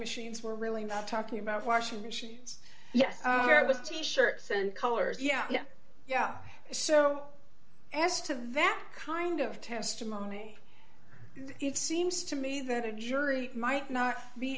machines we're really talking about washing machines yes there was t shirts and colors yeah yeah yeah so as to that kind of testimony it seems to me that a jury might not be